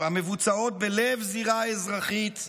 המבוצעות בלב זירה אזרחית,